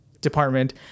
department